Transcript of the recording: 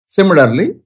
Similarly